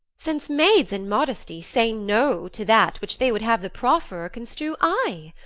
since maids, in modesty, say no to that which they would have the profferer construe ay.